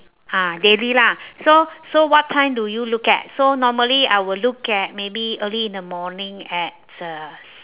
ah daily lah so so what time do you look at so normally I would look at maybe early in the morning at uh